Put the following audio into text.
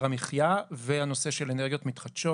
המחייה וגם לנושא של אנרגיות מתחדשות.